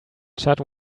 chad